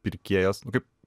pirkėjas nu kaip